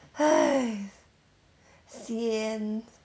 !hais! sian